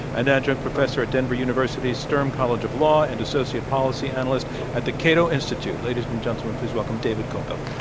an adjunct professor at denver university stern college of law, and associate policy analyst at the cato institute. ladies and gentleman, please welcome david kopel.